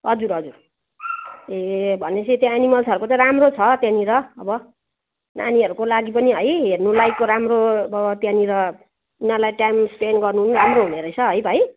हजुर हजुर ए भने पछि त्यहाँ एनिमल्सहरूको चाहिँ राम्रो छ त्यहाँनेर अब नानीहरूको लागि पनि है हेर्नु लाइकको राम्रो अब त्यहाँनेर उनीहरूलाई टाइम स्पेन्ड गर्नु राम्रो हुने रहेछ है भाइ